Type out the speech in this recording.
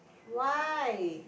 why